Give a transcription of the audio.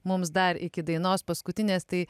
mums dar iki dainos paskutinės tai